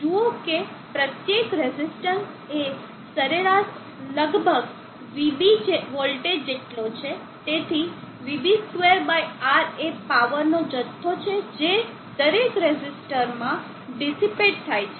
જુઓ કે પ્રત્યેક રેઝિસ્ટન્સ એ સરેરાશ લગભગ VB વોલ્ટેજ જેટલો છે તેથી VB2R એ પાવરનો જથ્થો છે જે દરેક રેઝિસ્ટરમાં ડીસીપેટ થાય છે